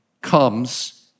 comes